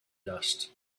dust